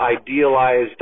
idealized